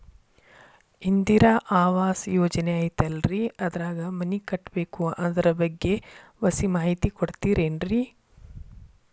ಇಂದಿರಾ ಆವಾಸ ಯೋಜನೆ ಐತೇಲ್ರಿ ಅದ್ರಾಗ ಮನಿ ಕಟ್ಬೇಕು ಅದರ ಬಗ್ಗೆ ಒಸಿ ಮಾಹಿತಿ ಕೊಡ್ತೇರೆನ್ರಿ?